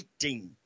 18